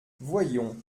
voyons